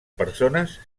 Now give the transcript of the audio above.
persones